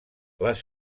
les